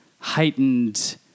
Heightened